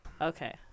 Okay